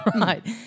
right